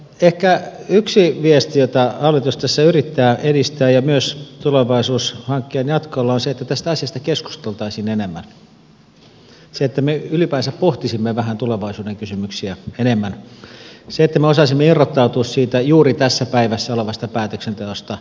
ehkä yksi viesti jota hallitus tässä yrittää edistää ja myös tulevaisuushankkeen jatkolla on se että tästä asiasta keskusteltaisiin enemmän että me ylipäänsä pohtisimme tulevaisuuden kysymyksiä vähän enemmän että me osaisimme irrottautua siitä juuri tässä päivässä olevasta päätöksenteosta